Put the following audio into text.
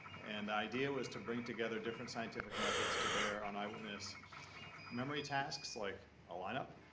and the idea was to bring together different scientific methods to bear on eyewitness memory tasks, like a lineup.